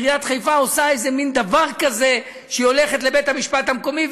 שעיריית חיפה עושה איזה מין דבר כזה שהיא הולכת לבית-המשפט המקומי,